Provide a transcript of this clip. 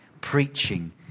preaching